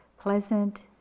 pleasant